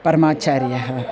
परमाचार्यः